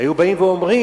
היו באים ואומרים: